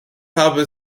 habe